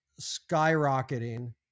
skyrocketing